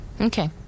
Okay